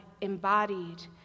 embodied